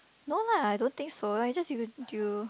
no lah I don't think so like just you you